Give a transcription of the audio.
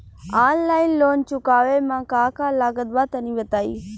Online loan चुकावे म का का लागत बा तनि बताई?